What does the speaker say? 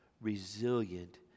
resilient